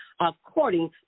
according